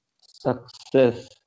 Success